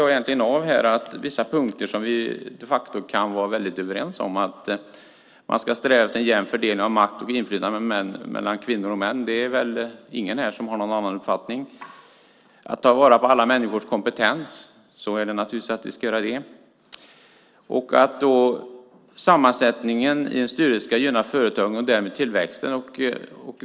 Jag kan bocka av vissa punkter som vi de facto kan vara överens om, till exempel att sträva efter en jämn fördelning av makt och inflytande mellan kvinnor och män. Det är väl ingen annan här som har någon annan uppfattning. Naturligtvis ska vi ta till vara alla människors kompetens. Sammansättningen i en styrelse gynnar företagen och därmed tillväxten.